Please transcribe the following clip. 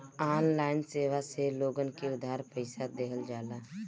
online सेवा से लोगन के उधार पईसा देहल जाला